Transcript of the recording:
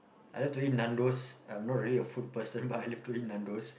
I love to eat Nandos I'm not really a food person but I love to eat Nandos